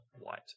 White